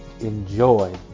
enjoy